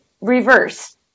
reverse